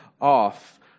off